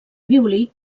violí